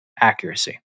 accuracy